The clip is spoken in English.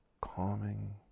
calming